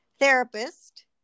therapist